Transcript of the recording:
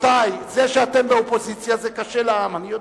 רבותי, זה שאתם באופוזיציה זה קשה לעם, אני יודע.